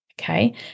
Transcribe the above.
Okay